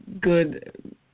good